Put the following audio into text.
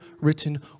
written